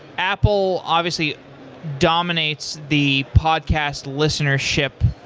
apple obviously dominates the podcast listenership